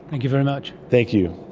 thank you very much. thank you.